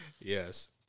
Yes